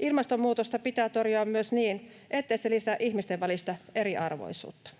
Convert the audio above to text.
Ilmastonmuutosta pitää torjua myös niin, ettei se lisää ihmisten välistä eriarvoisuutta.